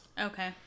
okay